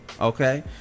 okay